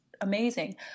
amazing